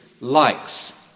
likes